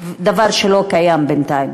דבר שלא קיים בינתיים.